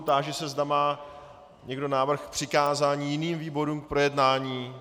Táži se, zda má někdo návrh k přikázání jiným výborům k projednání?